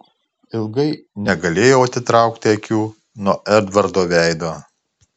ilgai negalėjau atitraukti akių nuo edvardo veido